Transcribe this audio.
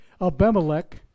Abimelech